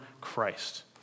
Christ